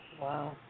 Wow